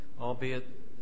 albeit